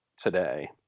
today